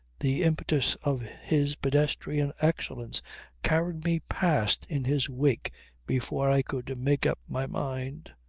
the impetus of his pedestrian excellence carried me past in his wake before i could make up my mind.